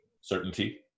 certainty